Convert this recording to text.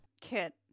Kit